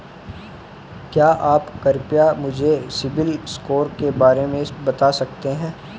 क्या आप कृपया मुझे सिबिल स्कोर के बारे में बता सकते हैं?